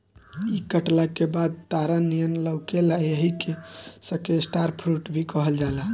इ कटला के बाद तारा नियन लउकेला एही से एके स्टार फ्रूट भी कहल जाला